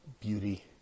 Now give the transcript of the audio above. beauty